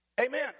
Amen